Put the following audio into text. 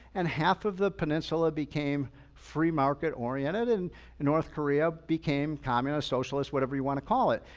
and half of the peninsula became free market oriented and north korea became communist, socialist, whatever you want to call it.